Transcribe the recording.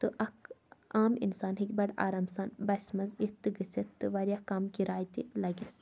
تہٕ اکھ عام اِنسان ہیٚکہِ بَڑٕ آرام سان بَسہِ منٛز اِتھ تہِ گٔژھِتھ تہٕ وارِیاہ کَم کِراے تہِ لَگٮ۪س